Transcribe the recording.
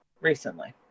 recently